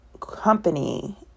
company